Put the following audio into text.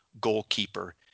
goalkeeper